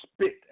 spit